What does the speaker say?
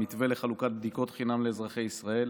מתווה לחלוקת בדיקות חינם לאזרחי ישראל.